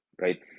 right